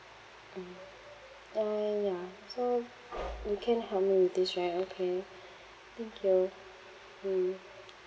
mm uh ya so you can help me with this right okay thank you mm